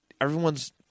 everyone's